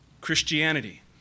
Christianity